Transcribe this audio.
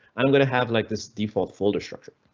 i'm going to have like this default folder structure.